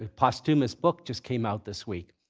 posthumous book just came out this week.